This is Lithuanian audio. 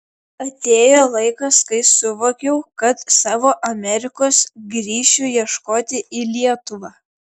atėjo laikas kai suvokiau kad savo amerikos grįšiu ieškoti į lietuvą